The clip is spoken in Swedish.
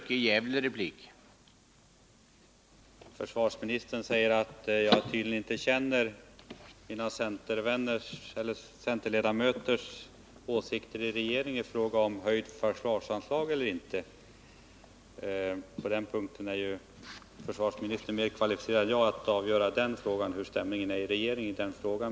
Herr talman! Försvarsministern säger att jag tydligen inte känner till vad centerledamöterna i regeringen har för åsikter i fråga om höjt försvarsanslag eller inte. Försvarsministern är självfallet mer kvalificerad att avgöra den frågan, om hur stämningen är i regeringen i detta fall.